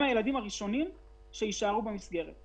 הם הראשונים שיישארו במסגרת.